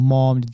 Mom